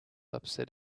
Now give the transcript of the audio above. upset